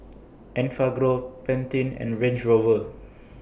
Enfagrow Pantene and Range Rover